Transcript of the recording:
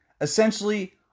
essentially